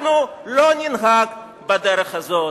אנחנו לא ננהג בדרך הזאת.